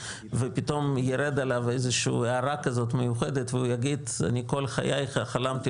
ופתאום תרד עליו איזו שהיא הארה מיוחדת והוא יגיד: כל חיי חלמתי